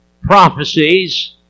prophecies